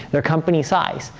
their company size.